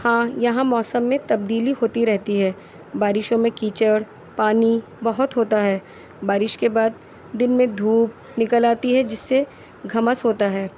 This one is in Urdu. ہاں یہاں موسم میں تبدیلی ہوتی رہتی ہے بارشوں میں کیچڑ پانی بہت ہوتا ہے بارش کے بعد دن میں دھوپ نکل آتی ہے جس سے گھمس ہوتا ہے